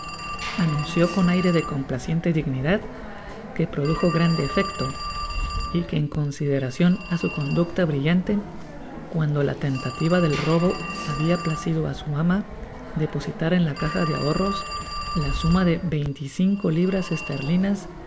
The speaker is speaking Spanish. anunció con aire de complaciente dignidad quo produjo grande efecto que en consideracion á su conducta brillante cuando la tentativa del robo habia placido á su ama depositar en la caja de ahorros la suma de veinte y cinco libras esterlinas